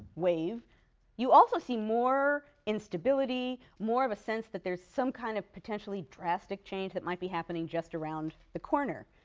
you also see more instability, more of a sense that there's some kind of potentially drastic change that might be happening just around the corner.